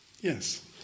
Yes